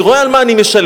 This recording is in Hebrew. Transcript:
אני רואה על מה אני משלם,